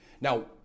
Now